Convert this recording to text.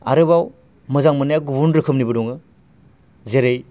आरोबाव मोजां मोननाया गुबुन रोखोमनिबो दङ जेरै